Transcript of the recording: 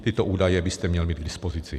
Tyto údaje byste měl mít k dispozici.